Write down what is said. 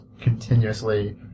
continuously